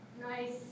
Nice